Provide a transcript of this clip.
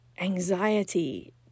anxiety